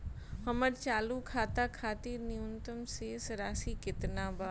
हमर चालू खाता खातिर न्यूनतम शेष राशि केतना बा?